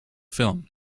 film